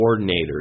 coordinators